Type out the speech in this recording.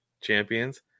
champions